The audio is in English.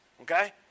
okay